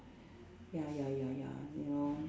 ya ya ya ya you know